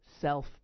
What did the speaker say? self